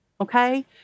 okay